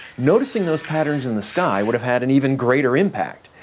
noticing those patterns in the sky would have had an even greater impact.